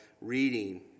reading